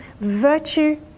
virtue